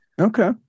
okay